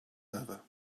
over